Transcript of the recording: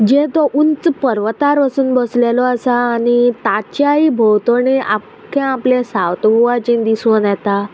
जे तो उंच पर्वतार वचून बसलेलो आसा आनी ताच्याय भोंवतणे आपले सावत गोवाचे दिसोन येता